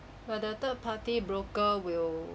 while the third party broker will